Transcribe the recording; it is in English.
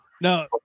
No